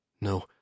No